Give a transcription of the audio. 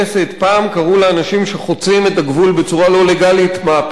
פעם קראו לאנשים שחוצים את הגבול בצורה לא לגלית מעפילים.